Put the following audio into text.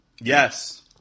yes